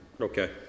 Okay